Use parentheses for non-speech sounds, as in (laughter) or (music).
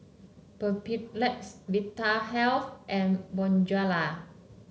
(unintelligible) Vitahealth and Bonjela